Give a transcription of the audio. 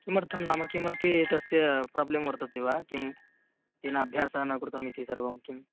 किमर्थं नाम किमपि तस्य प्राब्लं वर्तते वा किं तेन अभ्यासः न कृतः इति सर्वं किं